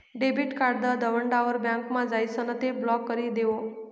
debit card दवडावर बँकमा जाइसन ते ब्लॉक करी देवो